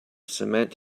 cement